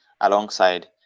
alongside